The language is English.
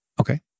Okay